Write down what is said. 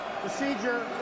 Procedure